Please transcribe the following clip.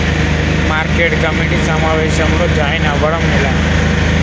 Market committee సమావేశంలో join అవ్వడం ఎలా?